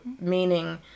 meaning